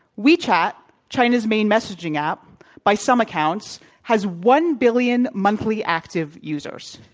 we chat, china's main messaging app by some accounts, has one billion monthly active users.